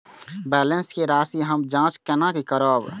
Balance के राशि हम जाँच केना करब?